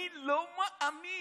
אני לא מאמין.